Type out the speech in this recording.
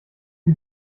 sie